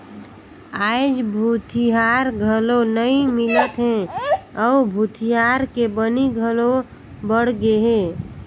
आयज भूथिहार घलो नइ मिलत हे अउ भूथिहार के बनी घलो बड़ गेहे